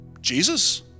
Jesus